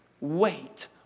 wait